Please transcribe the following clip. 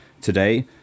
Today